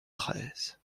treize